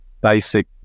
basic